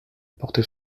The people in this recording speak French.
porte